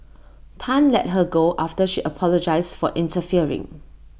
Tan let her go after she apologised for interfering